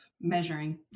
measuring